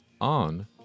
on